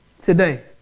today